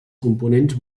components